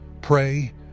pray